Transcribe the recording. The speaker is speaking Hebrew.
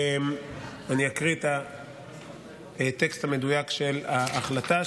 אני אקריא את הטקסט המדויק של ההחלטה,